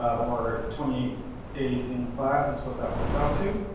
or twenty eight days in class is what that works out to,